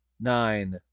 nine